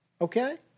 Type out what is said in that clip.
okay